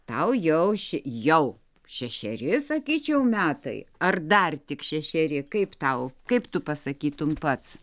tau jau ši jau šešeri sakyčiau metai ar dar tik šešeri kaip tau kaip tu pasakytum pats